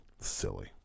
silly